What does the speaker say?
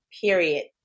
period